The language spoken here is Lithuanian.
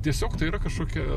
tiesiog tai yra kažkokia